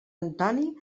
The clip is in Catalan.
antoni